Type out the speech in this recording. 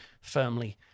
firmly